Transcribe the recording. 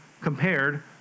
compared